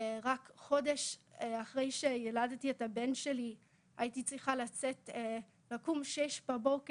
רק חודש אחרי שילדתי את הבן שלי הייתי צריכה לצאת ולקום בשעה 6:00,